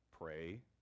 pray